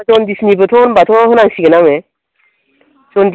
जनडिसनिबोथ' होमब्लाथ' होनांसिगोन आङो जनडिस